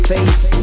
Face